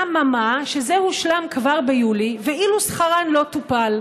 אממה, זה הושלם כבר ביולי, ואילו שכרן לא טופל.